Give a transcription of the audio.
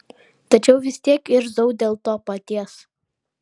tačiau vis tiek irzau dėl to paties